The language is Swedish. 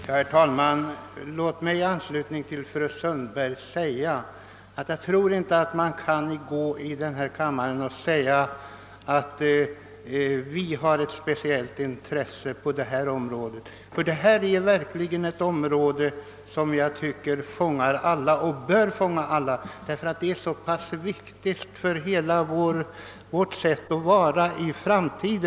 Herr talman! Låt mig i anslutning till fru Sundbergs anförande säga, att jag inte tror att man i den här kammaren kan säga att något parti visar ett speciellt intresse på detta område. Jag tycker att den här frågan fångar alla och bör fånga alla, därför att den är så viktig för hela vår framtid.